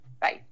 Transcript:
Bye